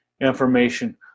information